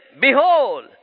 Behold